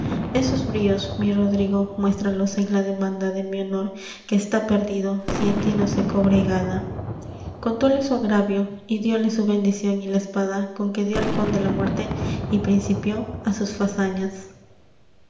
esos bríos mi rodrigo muéstralos en la demanda de mi honor que está perdido si en ti no se cobra y gana contóle su agravio y dióle su bendición y la espada con que dió al conde la muerte y principio á sus fazañas